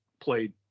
played